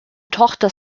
tochter